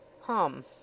Hum